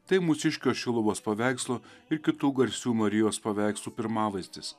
tai mūsiškio šiluvos paveikslo ir kitų garsių marijos paveikslų pirmavaizdis